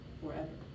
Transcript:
forever